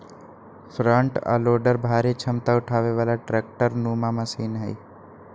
front आ loader भारी क्षमता उठाबे बला ट्रैक्टर नुमा मशीन हई